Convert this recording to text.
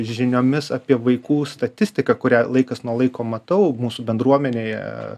žiniomis apie vaikų statistiką kurią laikas nuo laiko matau mūsų bendruomenėje